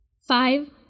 Five